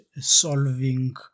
solving